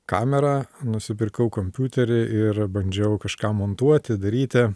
kamerą nusipirkau kompiuterį ir bandžiau kažką montuoti daryti